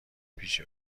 پیش